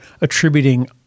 attributing